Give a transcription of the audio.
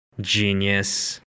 genius